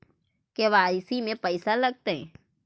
KYC में पैसा लगतै?